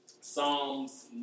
Psalms